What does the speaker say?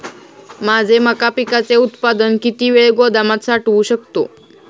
माझे मका पिकाचे उत्पादन किती वेळ गोदामात साठवू शकतो?